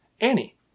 Annie